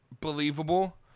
believable